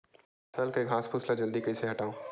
फसल के घासफुस ल जल्दी कइसे हटाव?